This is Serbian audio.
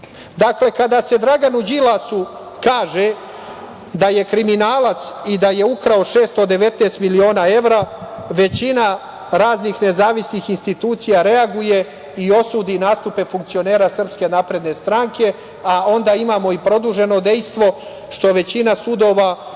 kada se Draganu Đilasu kaže da je kriminalac i da je ukrao 619 miliona evra, većina raznih nezavisnih institucija reaguje i osudi nastupe funkcionera SNS, a onda imamo i produženo dejstvo što većina sudova